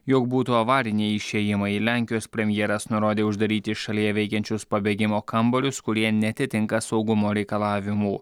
jog būtų avariniai išėjimai lenkijos premjeras nurodė uždaryti šalyje veikiančius pabėgimo kambarius kurie neatitinka saugumo reikalavimų